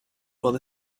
while